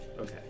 Okay